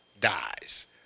dies